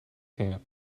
camp